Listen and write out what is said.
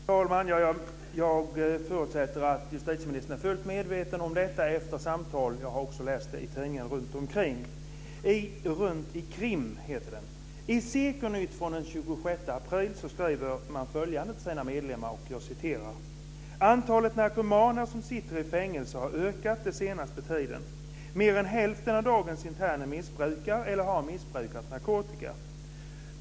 Fru talman! Jag förutsätter att justitieministern är fullt medveten om detta efter hans samtal. Jag har också läst om detta i tidningen Runt i Krim. I SEKO Nytt från den 26 april står det följande skrivet till medlemmarna, nämligen att antalet narkomaner som sitter i fängelser har ökat den senaste tiden. Mer än hälften av dagens interner missbrukar eller har missbrukat narkotika.